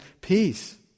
peace